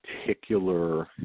particular